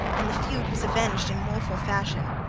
and the feud was avenged in woful fashion.